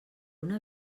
una